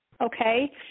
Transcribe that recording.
Okay